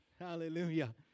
hallelujah